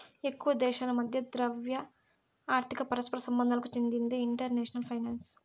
ఎక్కువ దేశాల మధ్య ద్రవ్య, ఆర్థిక పరస్పర సంబంధాలకు చెందిందే ఇంటర్నేషనల్ ఫైనాన్సు